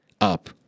up